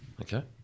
Okay